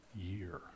year